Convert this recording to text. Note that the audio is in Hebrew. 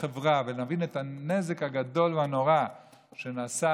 החברה ונבין את הנזק הגדול והנורא שנעשה